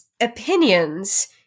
opinions